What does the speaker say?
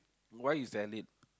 why you sell it